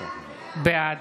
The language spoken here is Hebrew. בעד